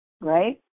Right